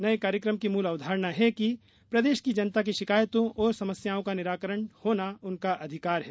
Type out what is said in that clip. नये कार्यक्रम की मूल अवधारणा प्रदेश की जनता की शिकायतों और समस्याओं का निराकरण होना उनका अधिकार है